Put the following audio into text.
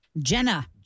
Jenna